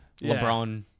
LeBron